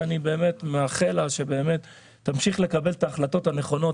שאני באמת מאחל לה שתמשיך לקבל את ההחלטות הנכונות,